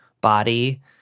body